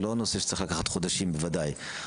זה לא נושא שצריך לקחת חודשים, בוודאי.